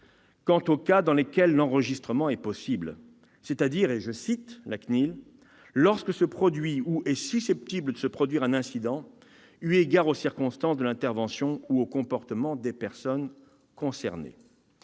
quant aux cas dans lesquels l'enregistrement est possible, c'est-à-dire « lorsque se produit ou est susceptible de se produire un incident, eu égard aux circonstances de l'intervention ou au comportement des personnes concernées ».